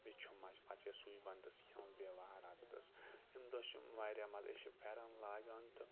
بیٚیہِ چھۄمبان چھِ پَتہٕ چھِ أسۍ سُے ونٛدَس کھیٚوان بیٚیہِ ؤہراتَس امہِ دۄہ چھِ واریاہ مَزٕ أسۍ چھِ پھیٚرَن لاگان تہٕ